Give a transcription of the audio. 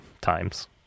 times